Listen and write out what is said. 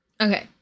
Okay